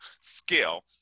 skill